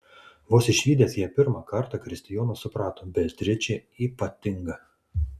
vos išvydęs ją pirmą kartą kristijonas suprato beatričė ypatinga